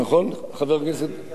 תושב תל-אביב יפו.